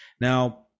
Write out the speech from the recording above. now